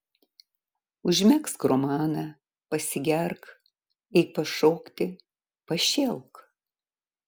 užmegzk romaną pasigerk eik pašokti pašėlk